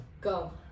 Go